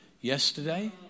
Yesterday